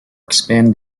expand